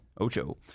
Ocho